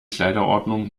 kleiderordnung